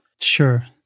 Sure